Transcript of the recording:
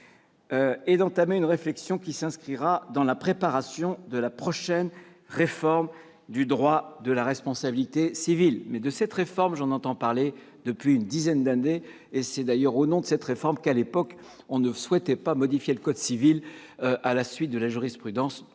et d'entamer une réflexion qui s'inscrira dans la préparation de la prochaine réforme du droit de la responsabilité civile. Mais de cette réforme, j'entends parler depuis une dizaine d'années, et c'est d'ailleurs parce qu'elle devait intervenir que l'on ne souhaitait pas modifier le code civil à la suite de la jurisprudence